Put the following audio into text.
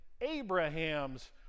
Abraham's